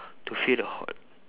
to feel the hot